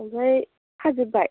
ओमफ्राय खाजोबबाय